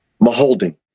beholding